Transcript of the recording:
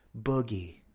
Boogie